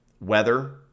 Weather